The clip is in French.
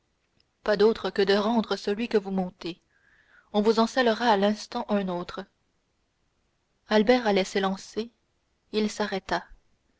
pas d'autre que de rendre celui que vous montez on vous en sellera à l'instant un autre albert allait s'élancer il s'arrêta